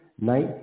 night